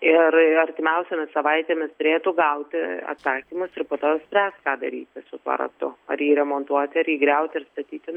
ir artimiausiomis savaitėmis turėtų gauti atsakymus ir po to spręs ką daryti su tuo ratu ar jį remontuoti ar jį griauti ir statyti